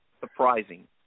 surprising